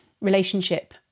relationship